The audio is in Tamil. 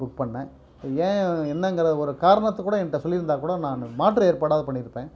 புக் பண்ணினேன் ஏன் என்னெங்கிறத ஒரு காரணத்தை கூட என்கிட்ட சொல்லிருந்தால் கூட நான் மாற்று ஏற்பாடாவது பண்ணிருப்பேன்